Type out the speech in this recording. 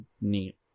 neat